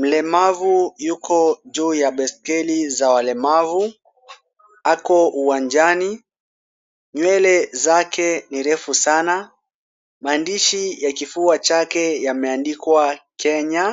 Mlemavu yuko juu ya baiskeli za walemavu, ako uwanjani, nywele zake ni refu sana. Maandishi ya kifua chake yameandikwa Kenya,